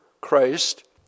Christ